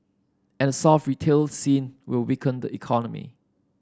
and a soft retail scene will weaken the economy